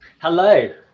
Hello